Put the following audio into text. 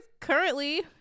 currently